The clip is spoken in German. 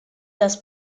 das